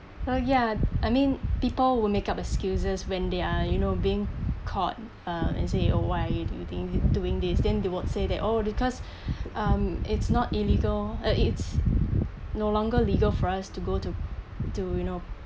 so ya I mean people would make up excuses when they are you know being caught uh and say oh why are you think you doing this then they would say that oh because um it's not illegal uh it's no longer legal for us to go to to you know